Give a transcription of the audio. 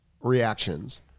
reactions